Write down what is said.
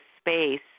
space